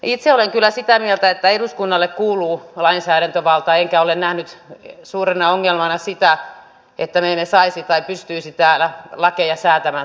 itse olen kyllä sitä mieltä että eduskunnalle kuuluu lainsäädäntövalta enkä ole nähnyt suurena ongelmana sitä että me emme täällä saisi säätää tai pystyisi säätämään lakeja tarvittaessa